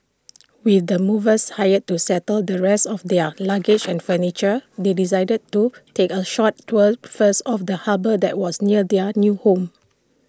with the movers hired to settle the rest of their luggage and furniture they decided to take A short tour first of the harbour that was near their new home